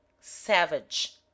savage